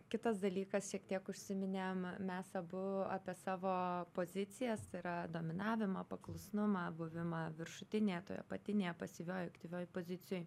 kitas dalykas šiek tiek užsiminėm mes abu apie savo pozicijas tai yra dominavimą paklusnumą buvimą viršutinėje toj apatinėje pasyvioj aktyvioj pozicijoje